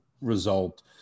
result